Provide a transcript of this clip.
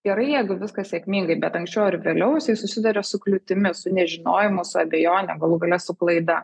gerai jeigu viskas sėkmingai bet anksčiau ar vėliau jisai susiduria su kliūtimis su nežinojimu su abejone galų gale su klaida